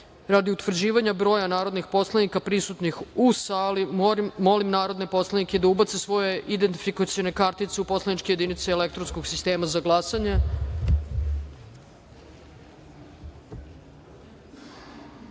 utvrđivanja broja narodnih poslanika prisutnih u sali, molim narodne poslanike da ubace svoje identifikacione kartice u poslaničke jedinice elektronskog sistema za